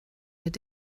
mit